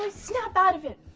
snap out of it!